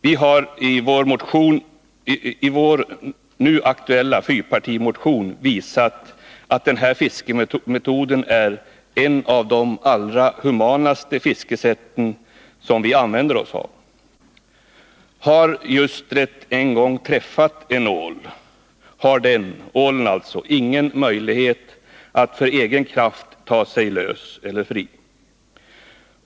Vi har i vår nu aktuella fyrpartimotion visat att den här fiskemetoden är ett av de allra humanaste fiskesätt som vi använder oss av. Har ljustret en gång träffat en ål har den — ålen alltså — ingen möjlighet att för egen kraft ta sig lös och fri.